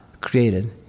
created